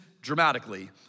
dramatically